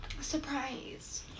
surprise